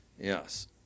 Yes